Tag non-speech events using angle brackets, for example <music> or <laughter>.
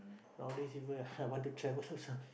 nowadays people <laughs> I want to travel <laughs>